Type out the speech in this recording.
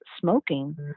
smoking